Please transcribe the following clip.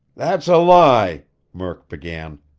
that's a lie murk began.